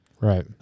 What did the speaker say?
Right